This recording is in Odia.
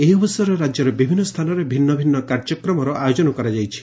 ଏହି ଅବସରରେ ରାଜ୍ୟର ବିଭିନ୍ତ ସ୍କାନରେ ଭିନ୍ତ ଭିନ୍ତ କାର୍ଯ୍ୟକ୍ରମର ଆୟୋଜନ କରାଯାଇଛି